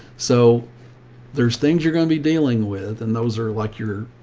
so there's things you're going to be dealing with. and those are like your,